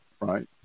right